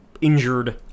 injured